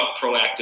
proactive